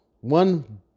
one